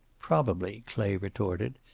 probably, clay retorted.